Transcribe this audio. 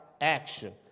action